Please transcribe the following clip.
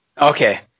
Okay